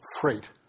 freight